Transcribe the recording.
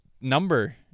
Number